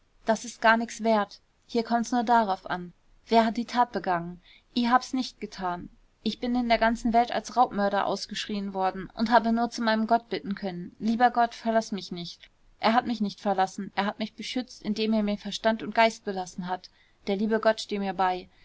das ist gar nix wert hier kommt's nur darauf an wer hat die tat begangen i hab's nicht getan ich bin in der ganzen welt als raubmörder ausgeschrien worden und habe nur zu meinem gott bitten können lieber gott verlaß mich nicht er hat mich nicht verlassen er hat mich beschützt indem er mir verstand und geist belassen hat der liebe gott steht mir bei